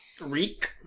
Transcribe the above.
Reek